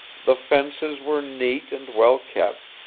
the fences were neat and well kept,